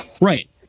Right